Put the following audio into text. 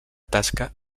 tasca